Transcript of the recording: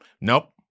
Nope